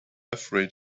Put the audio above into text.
afraid